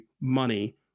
money